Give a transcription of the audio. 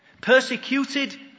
Persecuted